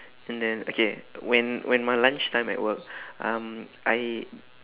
and then okay when when my lunch time at work um I